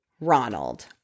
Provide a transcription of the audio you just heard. Ronald